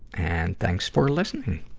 and thanks for listening.